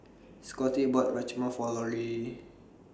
Scotty bought Rajma For Lorie